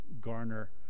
garner